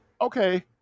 okay